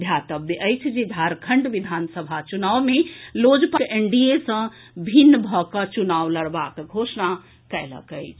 ध्यातब्य अछि जे झारखंड विधान सभा चुनाव मे लोजपा एनडीए सँ भिन्न भऽ कऽ चुनाव लड़बाक घोषणा कयलक अछि